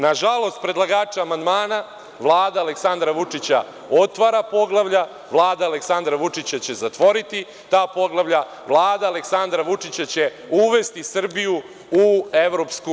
Na žalost predlagača amandmana, Vlada Aleksandra Vučića otvara poglavlja, Vlada Aleksandra Vučića će zatvoriti ta poglavlja, Vlada Aleksandra Vučića će uvesti Srbiju u EU.